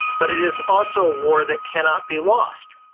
but it is also a war that cannot be lost.